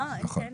אנו